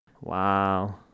wow